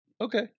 Okay